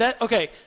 Okay